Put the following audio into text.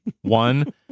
one